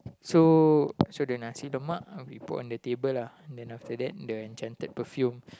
so so the Nasi-Lemak we put on the table lah then the enchanted perfume